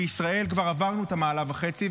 בישראל כבר עברנו את המעלה וחצי,